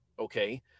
okay